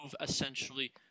essentially